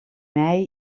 mei